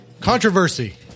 Controversy